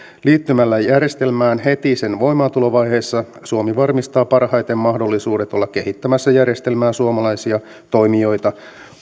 liittymällä järjestelmään heti sen voimaantulovaiheessa suomi varmistaa parhaiten mahdollisuudet olla kehittämässä järjestelmää suomalaisia toimijoita